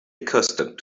accustomed